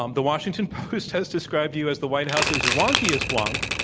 um the washington post has described you as the white house's wonkiest wonk.